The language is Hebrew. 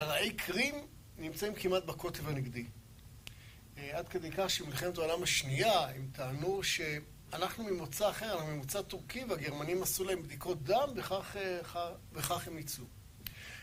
העיקרים נמצאים כמעט בקוטב הנגדי, עד כדי כך שבלחמתו העולם השנייה הם טענו שאנחנו ממוצע אחר, אנחנו ממוצע טורקי והגרמנים עשו להם בדיקות דם וכך הם ניצו.